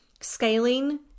Scaling